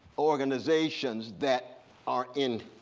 organizations that are in